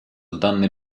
данный